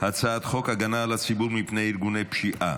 הצעת חוק הגנה על הציבור מפני ארגוני פשיעה,